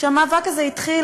כשהמאבק הזה התחיל,